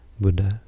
Buddha